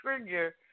trigger